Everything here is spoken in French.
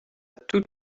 toute